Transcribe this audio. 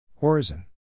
Horizon